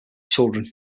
children